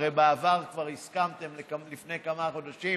הרי בעבר כבר הסכמתם, לפני כמה חודשים,